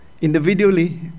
individually